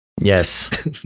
Yes